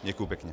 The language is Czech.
Děkuji pěkně.